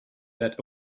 that